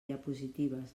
diapositives